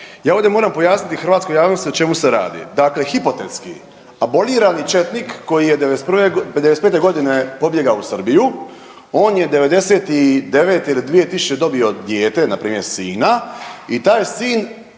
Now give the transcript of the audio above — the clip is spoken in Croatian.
Ja ovdje moram pojasniti hrvatskoj javnosti o čemu se radi. Dakle, hipotetski abolirani četnik koji je '91.g., '95.g. pobjegao u Srbiju on je '99. ili 2000. dobio dijete npr. sina i taj sin